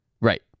Right